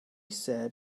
said